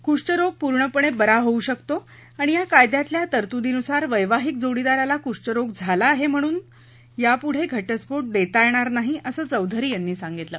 कुष्ठरोग पूर्णपणे बरा होऊ शकतो आणि या कायद्यातल्या तरतुदीनुसार वैवाहिक जोडीदाराला कुष्ठरोग झाला आहे म्हणून यापुढे घटस्फोट देता येणार नाही असं चौधरी यावेळी म्हणाले